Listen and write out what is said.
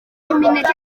imineke